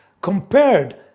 compared